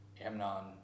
Amnon